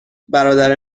برادر